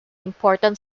important